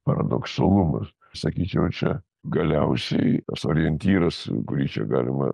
paradoksalumas sakyčiau čia galiausiai tas orientyras kurį čia galima